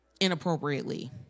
inappropriately